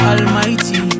Almighty